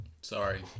sorry